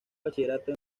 bachillerato